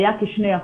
היה כ-2%,